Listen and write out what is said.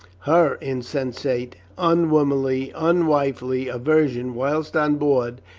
her insensate unwomanly, unwifely aversion whilst on board,